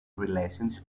relations